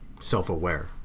self-aware